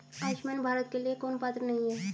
आयुष्मान भारत के लिए कौन पात्र नहीं है?